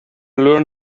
learn